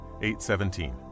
8.17